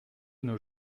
nos